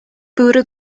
bwrw